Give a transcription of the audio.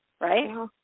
Right